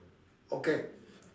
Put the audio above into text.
okay